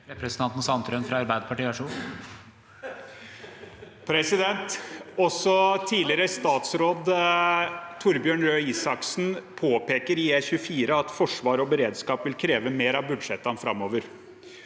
Også tidlige- re statsråd Torbjørn Røe Isaksen påpeker i E24 at forsvar og beredskap vil kreve mer av budsjettene framover.